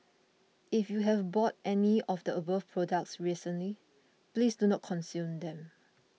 if you have bought any of the above products recently please do not consume them